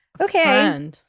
Okay